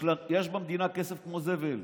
יש במדינה כסף כמו זבל,